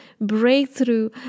breakthrough